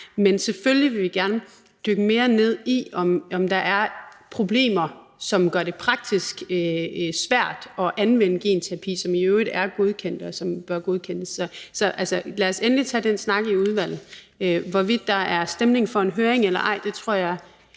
Men selvfølgelig vil vi gerne dykke mere ned i, om der er problemer, som gør det praktisk svært at anvende genterapi, som i øvrigt er godkendt, og som bør godkendes. Så lad os endelig tage den snak i udvalget. Så er der spørgsmålet om, hvorvidt der er stemning for en høring eller ej. Nu har jeg